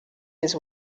his